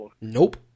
Nope